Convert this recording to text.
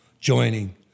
joining